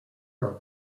are